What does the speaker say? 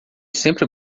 sempre